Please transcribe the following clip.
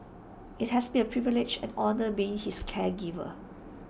IT has been A privilege and honour being his caregiver